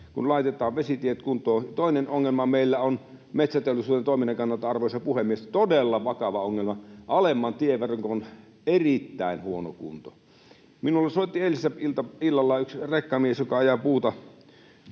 kun laitetaan vesitiet kuntoon. Toinen ongelma meillä on metsäteollisuuden toiminnan kannalta, arvoisa puhemies, todella vakava ongelma: alemman tieverkon erittäin huono kunto. Minulle soitti eilisiltana yksi rekkamies, joka ajaa puuta